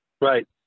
Right